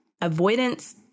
avoidance